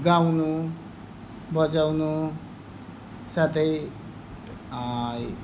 गाउनु बजाउनु साथै